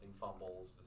fumbles